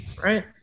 Right